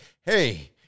hey